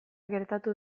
gertatu